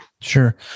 Sure